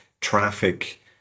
traffic